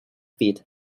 feet